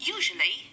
Usually